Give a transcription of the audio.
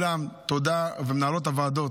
למנהלות הוועדות,